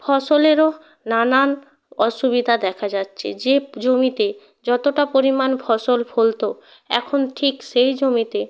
ফসলেরও নানান অসুবিধা দেখা যাচ্ছে যে জমিতে যতটা পরিমাণ ফসল ফলতো এখন ঠিক সেই জমিতে